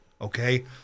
okay